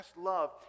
love